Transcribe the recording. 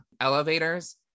Elevators